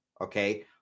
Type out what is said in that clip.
okay